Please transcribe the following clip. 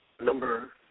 Number